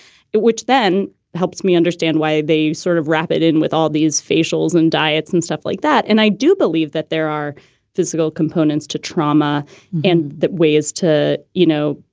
which then helps me understand why they sort of rapid in with all these facials and diets and stuff like that. and i do believe that there are physical components to trauma in and that way as to, you know,